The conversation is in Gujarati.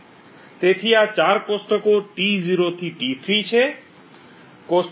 તેથી આ 4 કોષ્ટકો T0 થી T3 છે